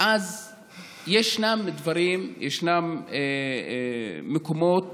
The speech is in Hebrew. יש דברים, יש מקומות